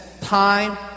time